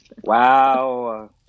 Wow